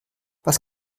was